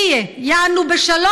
(אומרת בערבית ומתרגמת:) יענו בשלום